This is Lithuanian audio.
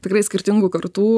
tikrai skirtingų kartų